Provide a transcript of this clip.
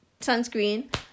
sunscreen